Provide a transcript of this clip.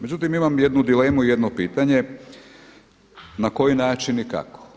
Međutim, imam jednu dilemu i jedno pitanje na koji način i kako.